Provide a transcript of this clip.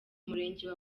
murenge